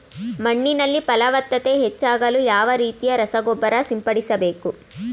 ಮಣ್ಣಿನಲ್ಲಿ ಫಲವತ್ತತೆ ಹೆಚ್ಚಾಗಲು ಯಾವ ರೀತಿಯ ರಸಗೊಬ್ಬರ ಸಿಂಪಡಿಸಬೇಕು?